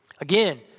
Again